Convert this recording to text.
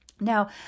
Now